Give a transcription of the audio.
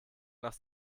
nach